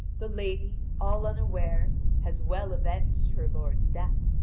the lady, all unaware, has well avenged her lord's death.